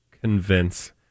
convince